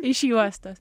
iš juostos